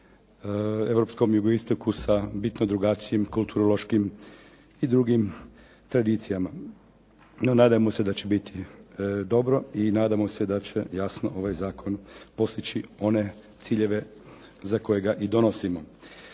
na europskom jugoistoku sa bitno drugačijim kulturološkim i drugim tradicijama. No nadajmo da će biti dobro i nadamo se da će jasno ovaj zakon postići one ciljeve za kojega ga i donosimo.